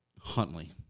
Huntley